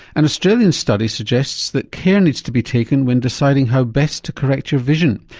an australian study suggests that care needs to be taken when deciding how best to correct your vision.